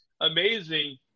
amazing